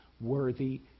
worthy